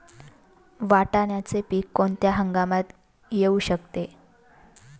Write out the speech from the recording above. वाटाण्याचे पीक कोणत्या हंगामात येऊ शकते?